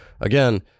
again